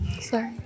sorry